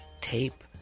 tape